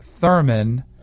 Thurman